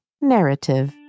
narrative